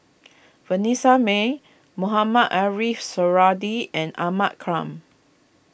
Vanessa Mae Mohamed Ariff Suradi and Ahmad Khan